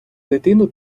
дитину